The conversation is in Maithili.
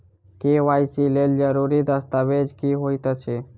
के.वाई.सी लेल जरूरी दस्तावेज की होइत अछि?